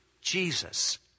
Jesus